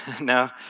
no